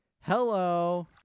hello